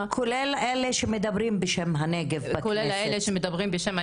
--- כולל אלה שמדברים בשם הנגב בכנסת --- כולל אלה שמדברים בשם הנגב,